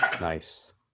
nice